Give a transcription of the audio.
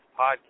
podcast